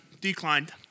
Declined